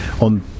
on